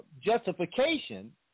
justification